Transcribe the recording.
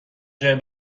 جای